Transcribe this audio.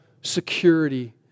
security